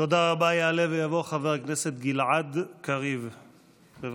יעלה ויבוא חבר הכנסת גלעד קריב, בבקשה.